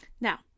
Now